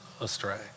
astray